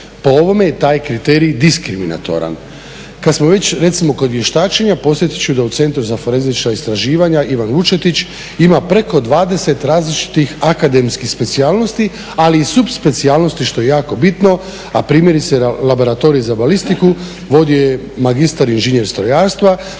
Po ovome je taj kriterij diskriminatoran. Kad smo već recimo kod vještačenja posjetit ću da u Centru za forenzička istraživanja Ivan Lučetić ima preko 20 različitih akademskih specijalnosti, ali i subpsecijalnosti što je jako bitno, a primjerice laboratorij za balistiku vodio je magistar inženjer strojarstva